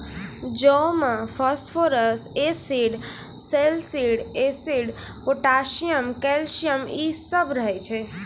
जौ मे phosphorus acid, सैलसिड एसिड, पोटाशियम, कैल्शियम इ सभ रहै छै